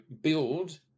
build